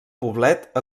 poblet